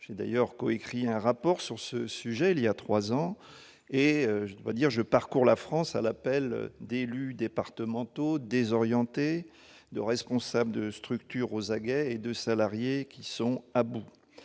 J'ai coécrit un rapport sur ce sujet il y a trois ans, et je parcours la France à l'appel d'élus départementaux désorientés, de responsables de structures aux aguets, de salariés à bout.